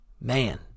man